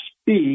speak